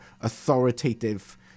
authoritative